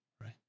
right